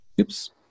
Oops